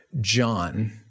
John